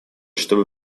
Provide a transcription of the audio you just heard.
чтобы